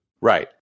Right